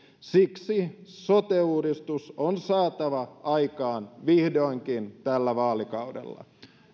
siksi sote uudistus on saatava aikaan vihdoinkin tällä vaalikaudella